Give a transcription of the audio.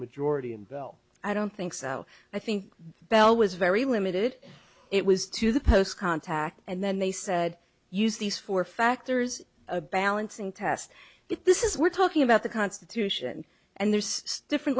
majority and well i don't think so i think bell was very limited it was to the post contact and then they said use these four factors a balancing test but this is we're talking about the constitution and there's stiffer